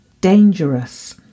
dangerous